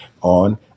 on